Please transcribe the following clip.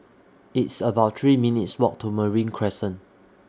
It's about three minutes' Walk to Marine Crescent